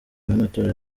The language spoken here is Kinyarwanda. y’amatora